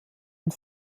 und